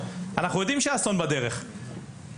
מבחינת עבודה לשיתופי פעולה,